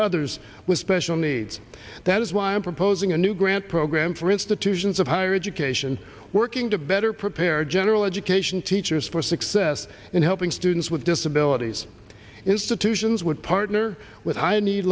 others with special needs that is why i am proposing a new grant program for institutions of higher education working to better prepare general education teachers for success in helping students with disabilities institutions would partner with